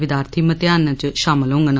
विद्यार्थी मतेयाने च शामल होडन